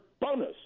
bonus